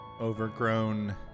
overgrown